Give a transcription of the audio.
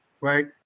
right